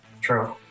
True